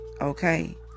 Okay